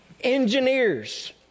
engineers